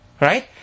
Right